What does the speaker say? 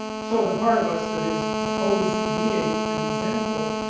so the part of us that is opposed to being and resentful